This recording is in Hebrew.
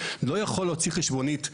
לא יכול להוציא חשבונית ליזם,